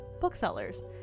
Booksellers